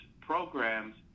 programs